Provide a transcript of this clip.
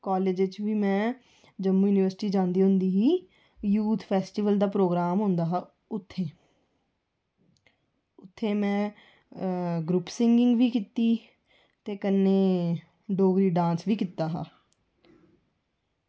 college बिच बी में जम्मू युनिवर्सिटी जंदी होंदी ही यूथ फैस्टीवल दा प्रोग्राम होंदा हा उत्थै उत्थै में ग्रुप सिंगिंग बी कीती ते कन्नै डोगरी डांस बी कीता हा